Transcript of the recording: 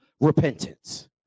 repentance